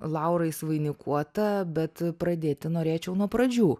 laurais vainikuota bet pradėti norėčiau nuo pradžių